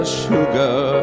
sugar